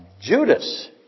Judas